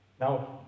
Now